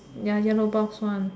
ya yellow box one